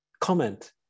comment